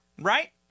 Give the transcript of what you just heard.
Right